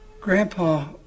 Grandpa